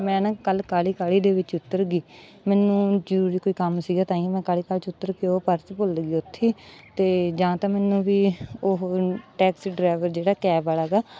ਮੈਂ ਨਾ ਕੱਲ੍ਹ ਕਾਹਲੀ ਕਾਹਲੀ ਦੇ ਵਿੱਚ ਉਤਰ ਗਈ ਮੈਨੂੰ ਜ਼ਰੂਰੀ ਕੋਈ ਕੰਮ ਸੀਗਾ ਤਾਂ ਹੀ ਮੈਂ ਕਾਹਲੀ ਕਾਹਲੀ 'ਚ ਉਤਰ ਕੇ ਉਹ ਪਰਸ ਭੁੱਲ ਗਈ ਉੱਥੇ ਅਤੇ ਜਾਂ ਤਾਂ ਮੈਨੂੰ ਵੀ ਉਹ ਟੈਕਸੀ ਡਰਾਈਵਰ ਜਿਹੜਾ ਕੈਬ ਵਾਲਾ ਗਾ